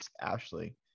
Ashley